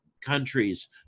countries